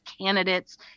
candidates